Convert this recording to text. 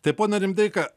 tai pone rimdeika